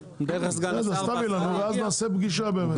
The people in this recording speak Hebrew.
ואז נעשה פגישה.